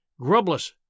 grubless